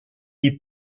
est